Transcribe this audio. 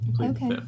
Okay